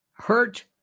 hurt